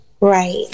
right